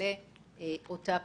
במעלה אותה פירמידה.